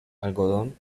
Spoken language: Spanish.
algodón